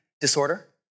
disorder